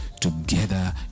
together